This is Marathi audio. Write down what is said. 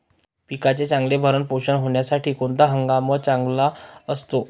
पिकाचे चांगले भरण पोषण होण्यासाठी कोणता हंगाम चांगला असतो?